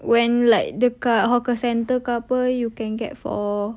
when like the car hawker centre couple you can get for